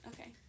Okay